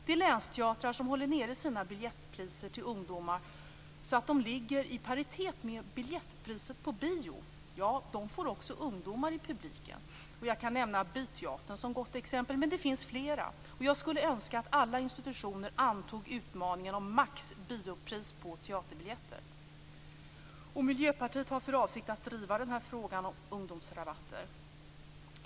De länsteatrar som håller nere sina biljettpriser till ungdomar så att de ligger i paritet med biljettpriset på bio får också ungdomar i publiken. Jag kan nämna By teatern som gott exempel, men det finns flera. Jag skulle önska att alla institutioner antog utmaningen om max biopris på teaterbiljetter. Miljöpartiet har för avsikt att driva den här frågan om ungdomsrabatter.